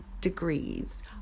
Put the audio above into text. degrees